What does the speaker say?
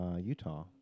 Utah